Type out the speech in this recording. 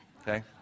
Okay